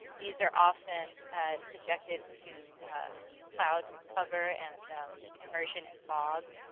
these are often subjected to cloud cover, and immersion in fog.